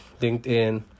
LinkedIn